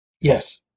Yes